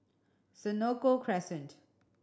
Senoko Crescent